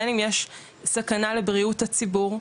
בין אם יש סכנה לבריאות הציבור,